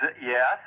Yes